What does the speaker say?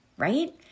right